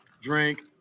Drink